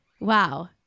Wow